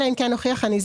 אלא אם כן הוכיח הניזוק,